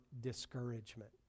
discouragement